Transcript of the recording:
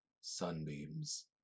sunbeams